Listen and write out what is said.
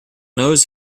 nose